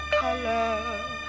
color